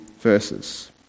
verses